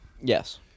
Yes